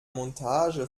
montage